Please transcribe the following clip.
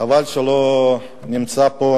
חבל שלא נמצא פה